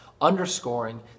underscoring